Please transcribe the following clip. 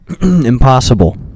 impossible